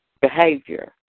behavior